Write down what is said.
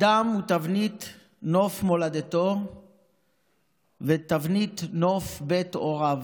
אדם הוא תבנית נוף מולדתו ותבנית נוף בית הוריו.